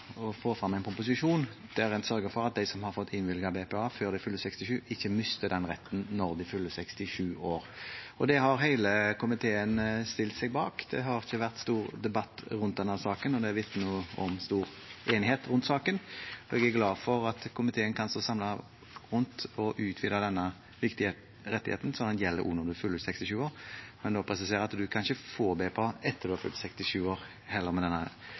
å få frem en proposisjon der en sørger for at de som har fått innvilget BPA før de fyller 67 år, ikke mister retten når de fyller 67 år. Det har hele komiteen stilt seg bak. Det har ikke vært stor debatt rundt denne saken, og det vitner om stor enighet om saken. Jeg er glad for at komiteen kan stå samlet om å utvide denne viktige rettigheten til å gjelde også når man fyller 67 år. Men jeg vil også presisere at man ikke kan få BPA etter å ha fylt 67 år, heller med denne